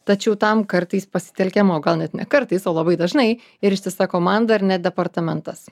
tačiau tam kartais pasitelkiama o gal net ne kartais o labai dažnai ir ištisa komanda ar net departamentas